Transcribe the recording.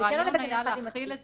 הרעיון היה להחיל את זה --- זה הולך